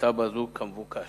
בתב"ע זו, כמבוקש.